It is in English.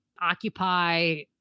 occupy